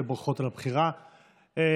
וברכות על הבחירה הקונסנזואלית.